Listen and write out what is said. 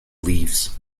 leaves